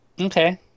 okay